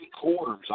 quarters